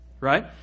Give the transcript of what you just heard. Right